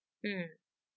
mmhmm